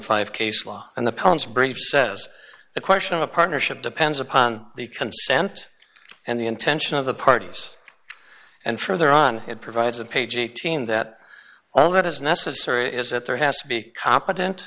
five case law and the poems brief says the question of a partnership depends upon the consent and the intention of the parties and further on it provides a page eighteen that all that is necessary is that there has to be competent